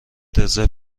رزرو